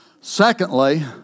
Secondly